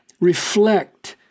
reflect